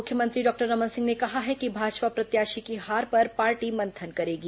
पूर्व मुख्यमंत्री डॉक्टर रमन सिंह ने कहा है कि भाजपा प्रत्याशी की हार पर पार्टी मंथन करेगी